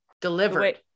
delivered